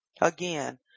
Again